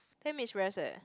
ten minutes rest eh